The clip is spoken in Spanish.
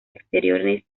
exteriores